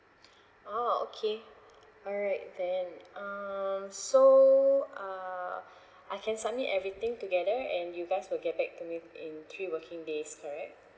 oh okay alright then um so uh I can submit everything together and you guys will get back to me in three working days correct